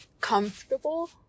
comfortable